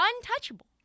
untouchable